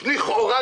יש עוד דבר שאומר,